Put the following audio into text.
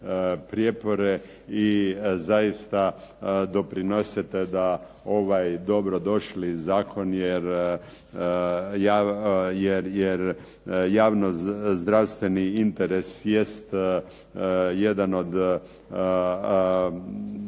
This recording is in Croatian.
i zaista doprinesete da ovaj dobrodošli zakon jer javno-zdravstveni interes jest jedan od